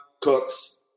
Cooks